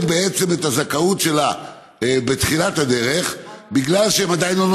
את הזכאות שלה בתחילת הדרך בגלל שהם עדיין לא נולדו,